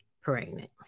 pregnant